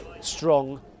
strong